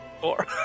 Four